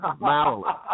Marilyn